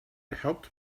helped